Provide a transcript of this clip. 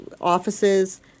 offices